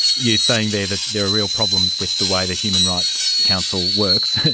you're saying there that there are real problems with the way the human rights council works.